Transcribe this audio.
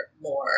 more